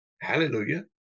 Hallelujah